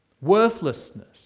worthlessness